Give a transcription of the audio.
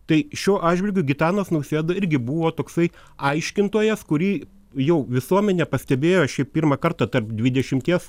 tai šiuo atžvilgiu gitanas nausėda irgi buvo toksai aiškintojas kurį jau visuomenė pastebėjo šį pirmą kartą tarp dvidešimties